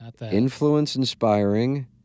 influence-inspiring